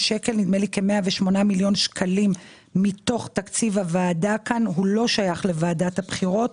כ-108 מיליון שקלים מתוך תקציב הוועדה כאן לא שייך לוועדת הבחירות,